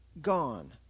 gone